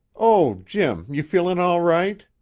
oh, jim, you feelin' all right?